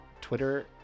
Twitter